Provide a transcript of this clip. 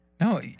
No